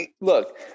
Look